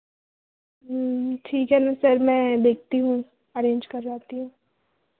ठीक है मैं सर मैं देखती हूँ अरेंज करवाती हूँ